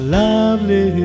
lovely